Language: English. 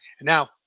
Now